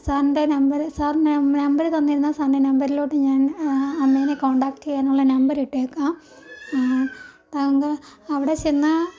സാറിൻ്റെ നമ്പർ സാറിൻ്റെ നമ്പർ തന്നിരുന്ന സാറിൻ്റെ നമ്പറിലോട്ട് ഞാൻ അമ്മേനെ കോണ്ടാക്ട് ചെയ്യാനുള്ള നമ്പർ ഇട്ടേക്കാം താങ്കൾ അവിടെ ചെന്നാൽ